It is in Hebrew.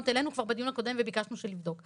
העלינו כבר בדיון הקודם וביקשנו לבדוק.